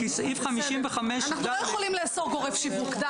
כי סעיף 55ד' --- אנחנו לא יכולים לאסור גורם שיווק,